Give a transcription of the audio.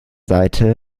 seite